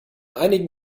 einigen